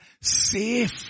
Safe